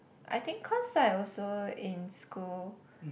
I think cause like also in school